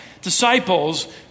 disciples